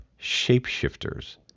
shapeshifters